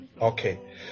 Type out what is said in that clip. Okay